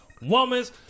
woman's